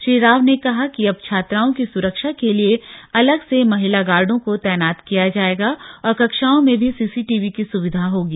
श्री राव ने कहा कि अब छात्राओं की सुरक्षा के लिये अलग से महिला गार्डों को र्तनात किया जायेगा और कक्षाओं में भी सीसीटीवी की सुविधा होगी